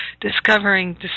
discovering